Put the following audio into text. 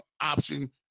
option